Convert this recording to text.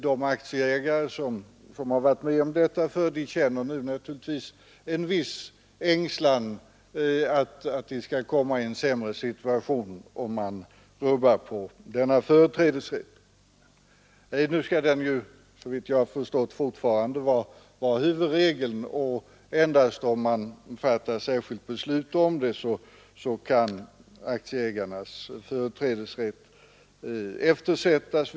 De aktieägare som har varit med om detta känner nu naturligtvis en viss ängslan att de skall komma i en sämre situation, om man rubbar på denna företrädesrätt. Nu skall den, såvitt jag har förstått, fortfarande vara huvudregeln, och endast om man fattar särskilda beslut om det kan aktieägarnas företrädesrätt eftersättas.